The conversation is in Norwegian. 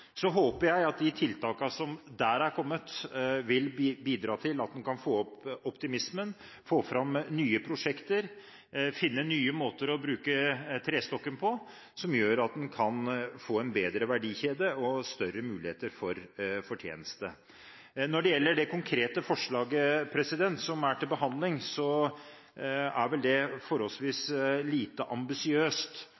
Så håper jeg at de tiltakene som er kommet der, vil bidra til at man kan få opp optimismen, få fram nye prosjekter, finne nye måter å bruke trestokken på, som gjør at man kan få en bedre verdikjede og større muligheter for fortjeneste. Når det gjelder det konkrete forslaget som er til behandling, er vel det forholdsvis